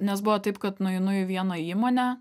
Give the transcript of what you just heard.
nes buvo taip kad nueinu į vieną įmonę